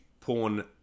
porn